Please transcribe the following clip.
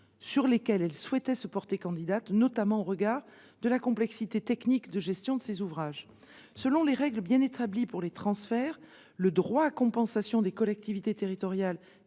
sur lesquelles elle souhaite se porter candidate, notamment au regard de la complexité technique de gestion de ces ouvrages. Selon les règles bien établies pour les transferts, le droit à compensation des collectivités territoriales